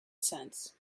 sense